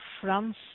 France